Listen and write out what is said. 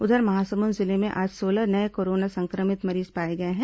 उधर महासमुंद जिले में आज सोलह नये कोरोना संक्रमित मरीज पाए गए हैं